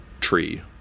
tree